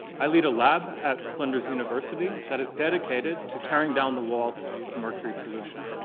i lead a lab at flinders university that is dedicated to tearing down the wall of mercury pollution.